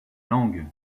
langue